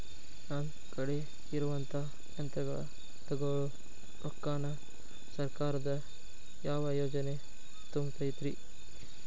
ನನ್ ಕಡೆ ಇರುವಂಥಾ ಯಂತ್ರಗಳ ತೊಗೊಳು ರೊಕ್ಕಾನ್ ಸರ್ಕಾರದ ಯಾವ ಯೋಜನೆ ತುಂಬತೈತಿ?